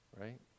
Right